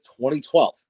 2012